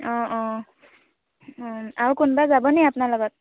অঁ অঁ অঁ আৰু কোনোবা যাব নেকি আপোনাৰ লগত